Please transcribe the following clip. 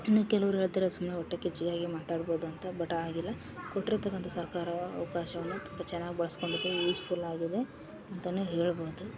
ಇನ್ನು ಕೆಲವ್ರು ಹೇಳ್ತಾರೆ ಸುಮ್ಮನೆ ಹೊಟ್ಟೆ ಕಿಚ್ಚಿಗಾಗಿ ಮಾತಾಡ್ಬೋದು ಅಂತ ಬಟ್ ಆಗಿಲ್ಲ ಕೊಟ್ರಿತಕಂಥ ಸರ್ಕಾರವ ಅವಕಾಶವನ್ನ ತುಂಬ ಚೆನ್ನಾಗ್ ಬಳಸ್ಕೊಂಡ್ ಇದೀವಿ ಯೂಸ್ಫುಲ್ ಆಗಿದೆ ಅಂತಾ ಹೇಳ್ಬೋದು